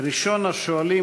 ראשון השואלים,